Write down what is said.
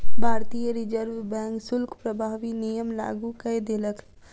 भारतीय reserve bank शुल्क प्रभावी नियम लागू कय देलक